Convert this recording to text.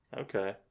Okay